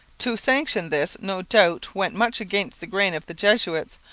to sanction this no doubt went much against the grain of the jesuits,